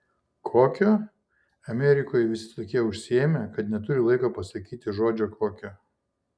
kokio amerikoje visi tokie užsiėmę kad neturi laiko pasakyti žodžio kokio